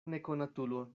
nekonatulo